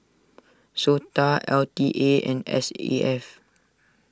Sota L T A and S A F